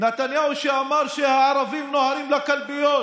נתניהו שאמר שהערבים נוהרים לקלפיות,